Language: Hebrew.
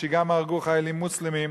שגם הרגו חיילים מוסלמים,